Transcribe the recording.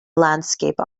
landscape